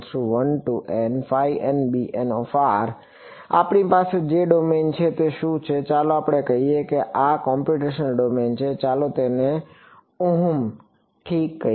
આપણી પાસે જે ડોમેન છે તે શું છે ચાલો આપણે કહીએ કે આ એક કોમ્પ્યુટેશનલ ડોમેન છે ચાલો તેને ઠીક કહીએ